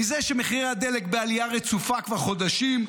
מזה שמחירי הדלק בעלייה רצופה כבר חודשים,